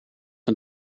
een